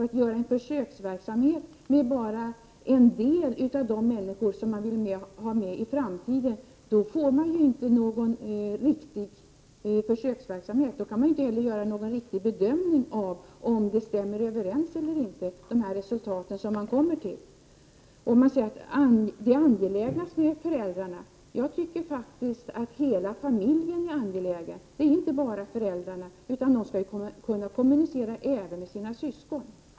Att bedriva en försöksverksamhet med bara en del av de människor som man i framtiden vill ha med blir inte någon riktig försöksverksamhet. Då kan man inte heller göra någon riktig bedömning av det resultat som man kommer fram till. Man säger att det är angelägnast med föräldrarna. Jag tycker faktiskt att hela familjen är angelägen — inte bara föräldrarna. Barnen skall ju kunna kommunicera även med sina syskon!